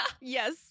yes